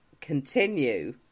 continue